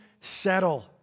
settle